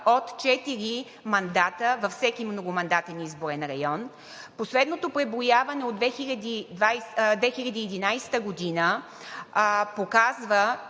четири мандата във всеки многомандатен изборен район. Последното преброяване от 2011 г. показва,